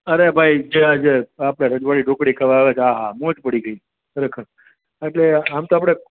અરે ભાઈ ત્યાં જા આપણે રજવાળી ઢોકળી ખાવા આવ્યા તા આહા મોજ પડી ગઈ ખરેખર એટલે આમ તો આપણે